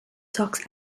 sox